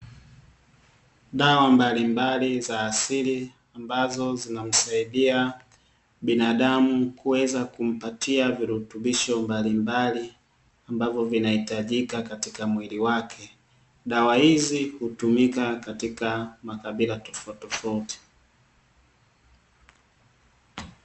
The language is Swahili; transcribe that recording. Dawa mbalimbali za asili ambazo zinamsaidia binadamu kuweza kumpatia virutubisho mabalimbali ambavyo vinahitajika katika mwili wake, dawa hizi hutumika katika makabila tofautitofauti.